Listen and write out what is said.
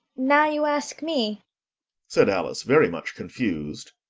now you ask me said alice, very much confused,